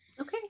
Okay